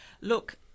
Look